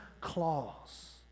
claws